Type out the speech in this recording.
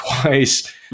twice